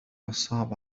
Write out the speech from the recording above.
الصعب